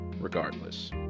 regardless